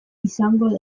izango